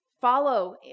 follow